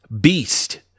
beast